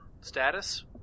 status